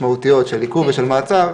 משמעותיות של עיכוב ושל מעצר,